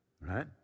right